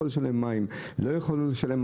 לא יכול לשלם מים,